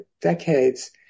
decades